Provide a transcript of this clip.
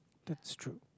that's true